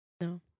No